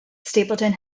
stapleton